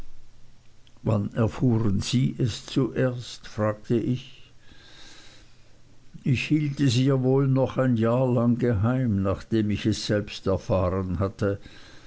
wann erfuhren sie es zuerst fragte ich ich hielt es ihr wohl noch ein jahr lang geheim nachdem ich es selbst erfahren hatte